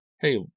Hey